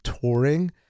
touring